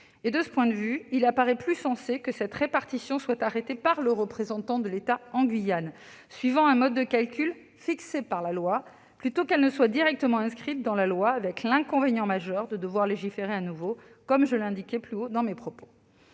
De ce point de vue, il apparaît plus sensé que cette répartition soit arrêtée par le représentant de l'État en Guyane, suivant un mode de calcul fixé par la loi, plutôt qu'elle soit directement inscrite dans la loi avec l'inconvénient majeur de devoir légiférer de nouveau, comme je l'indiquais précédemment.